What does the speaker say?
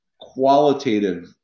qualitative